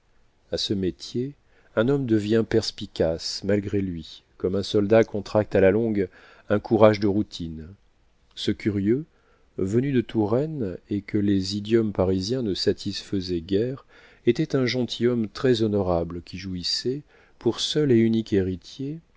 ce métier un homme devient perspicace malgré lui comme un soldat contracte à la longue un courage de routine ce curieux venu de touraine et que les idiomes parisiens ne satisfaisaient guère était un gentilhomme très-honorable qui jouissait pour seul et unique héritier